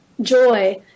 joy